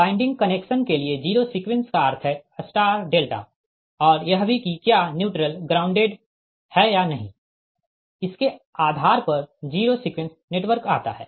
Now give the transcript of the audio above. winding connection के लिए zero sequence का अर्थ है स्टार डेल्टा और यह भी कि क्या न्यूट्रल ग्राउंडेड है या नहीं इसके आधार पर जीरो सीक्वेंस नेटवर्क आता है